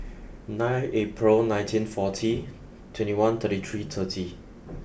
nine April nineteen forty twenty one thirty three thirty